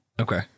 Okay